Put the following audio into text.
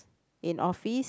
in office